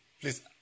Please